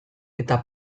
eta